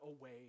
away